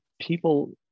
people